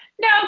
No